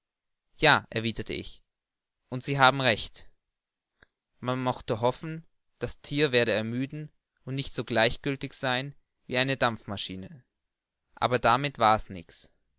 ja erwiderte ich und sie haben recht man mochte hoffen das thier werde ermüden und nicht so gleichgiltig sein wie eine dampfmaschine aber damit war's nichts